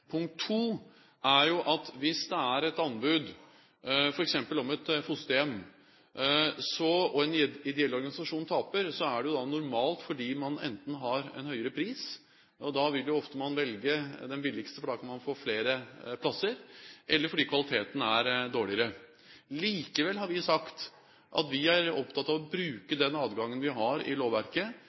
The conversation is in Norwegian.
ideell organisasjon taper, er det normalt fordi man enten har en høyere pris – og da vil man jo ofte velge den billigste, for da kan man få flere plasser – eller fordi kvaliteten er dårligere. Likevel har vi sagt at vi er opptatt av å bruke den adgangen vi har i lovverket,